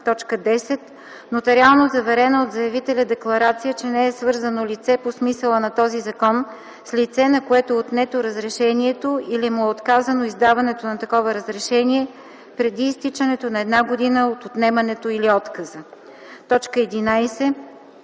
10. нотариално заверена от заявителя декларация, че не е свързано лице по смисъла на този закон с лице, на което е отнето разрешението или му е отказано издаването на такова разрешение, преди изтичането на една година от отнемането или отказа; 11.